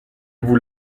vous